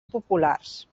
populars